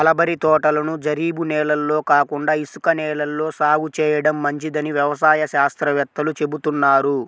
mulberry తోటలను జరీబు నేలల్లో కాకుండా ఇసుక నేలల్లో సాగు చేయడం మంచిదని వ్యవసాయ శాస్త్రవేత్తలు చెబుతున్నారు